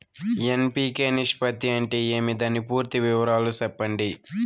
NPK నిష్పత్తి అంటే ఏమి దాని పూర్తి వివరాలు సెప్పండి?